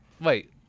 Wait